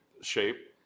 shape